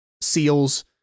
seals